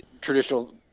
traditional